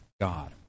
God